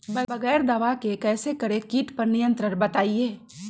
बगैर दवा के कैसे करें कीट पर नियंत्रण बताइए?